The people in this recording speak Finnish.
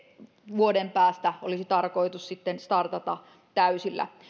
vuoden päästä olisi tarkoitus startata täysillä